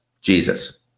Jesus